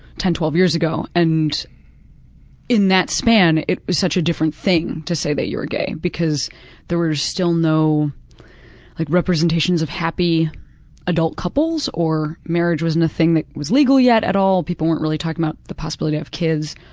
ten twelve years ago and in that span it was such a different thing to say that you were gay because there were still no like representations of happy adult couples or marriage wasn't a thing that was legal yet at all, people weren't really talking about the possibility of kids,